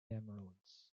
emeralds